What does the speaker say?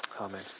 Amen